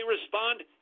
respond